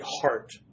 heart